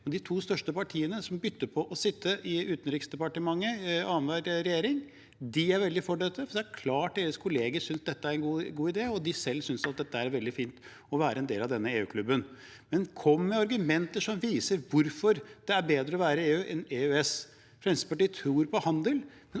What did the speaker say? De to største partiene, som bytter på å sitte i Utenriksdepartementet annenhver regjering, er veldig for dette, så det er klart at deres kolleger synes det er en god idé, og de synes selv det er veldig fint å være en del av denne EU-klubben. Men kom med argumenter som viser hvorfor det er bedre å være i EU enn i EØS. Fremskrittspartiet tror på handel,